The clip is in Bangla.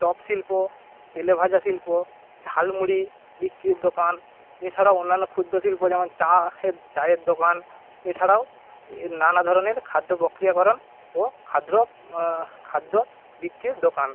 চপ শিল্প তেলেভাজা শিল্প ঝালমুড়ি বিক্রির দোকান এছাড়াও অন্যান্য ক্ষুদ্র শিল্প যেমন চায়ের চায়ের দোকান এছাড়াও নানা ধরণের খাদ্য প্রক্রিয়াকরণ ও খাদ্র খাদ্য বিক্রির দোকান